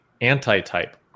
anti-type